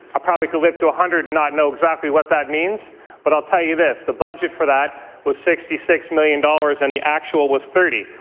ah probably could live to one ah hundred and not know exactly what that means but i'll tell you this, the budget for that was sixty six million dollars and the actual was thirty.